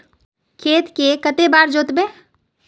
खेत के कते बार जोतबे?